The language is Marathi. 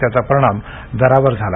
त्याचा परिमाण दरावर झाला